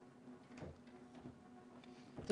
בבקשה.